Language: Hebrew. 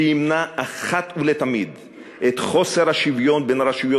שימנע אחת ולתמיד את חוסר השוויון בין רשויות